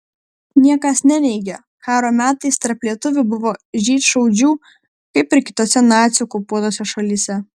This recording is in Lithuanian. niekas neneigia karo metais tarp lietuvių buvo žydšaudžių kaip ir kitose nacių okupuotose šalyse